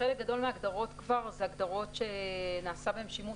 חלק גדול מההגדרות אלה הגדרות שנעשה בהן שימוש